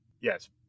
Yes